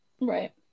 Right